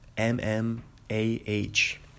M-M-A-H